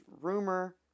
rumor